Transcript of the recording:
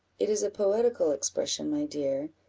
it is a poetical expression, my dear,